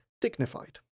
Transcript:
dignified